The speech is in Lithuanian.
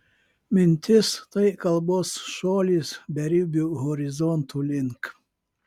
mintis tai kalbos šuolis beribių horizontų link